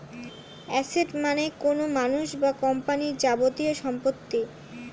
asset মানে কোনো মানুষ বা কোম্পানির যাবতীয় সম্পত্তি